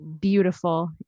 beautiful